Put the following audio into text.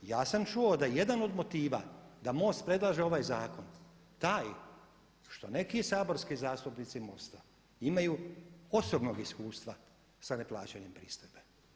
Ja sam čuo da je jedan od motiva da MOST predlaže ovaj zakon taj što neki saborski zastupnici MOST-a imaju osobnog iskustva sa neplaćanjem pristojbe.